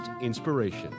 inspiration